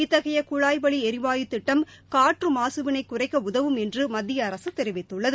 இத்தகைய குழாய் வழி எரிவாயு திட்டம் காற்று மாசு வினை குறைக்க உதவும் என்று மத்திய அரசு தெரிவித்துள்ளது